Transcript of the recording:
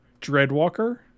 dreadwalker